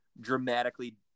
dramatically